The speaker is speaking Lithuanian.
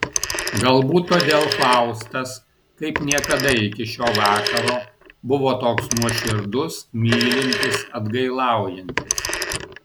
galbūt todėl faustas kaip niekada iki šio vakaro buvo toks nuoširdus mylintis atgailaujantis